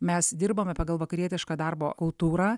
mes dirbame pagal vakarietišką darbo kultūrą